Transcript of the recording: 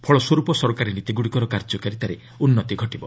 ଫଳସ୍ୱରୂପ ସରକାରୀ ନୀତିଗୁଡ଼ିକର କାର୍ଯ୍ୟକାରିତାରେ ଉନ୍ନତି ଆସିପାରିବ